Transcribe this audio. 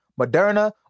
Moderna